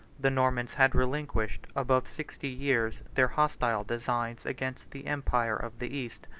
the normans had relinquished, above sixty years, their hostile designs against the empire of the east.